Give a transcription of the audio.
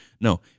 No